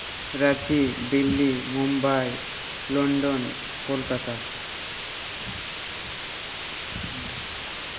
Ranchi Delhi Mumbai London Kolkata